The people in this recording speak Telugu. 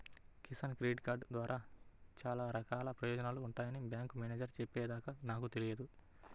కిసాన్ క్రెడిట్ కార్డు ద్వారా చాలా రకాల ప్రయోజనాలు ఉంటాయని బ్యాంకు మేనేజేరు చెప్పే దాకా నాకు తెలియదు